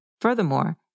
Furthermore